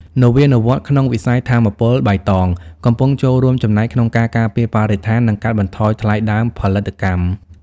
នវានុវត្តន៍ក្នុងវិស័យថាមពលបៃតងកំពុងចូលរួមចំណែកក្នុងការការពារបរិស្ថាន និងកាត់បន្ថយថ្លៃដើមផលិតកម្ម។